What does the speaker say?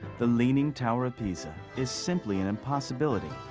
the leaning tower of pisa is simply an impossibility.